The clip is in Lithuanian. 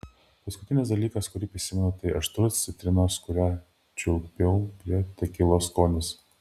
paskutinis dalykas kurį prisimenu tai aštrus citrinos kurią čiulpiau prie tekilos skonis